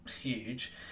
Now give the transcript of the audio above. huge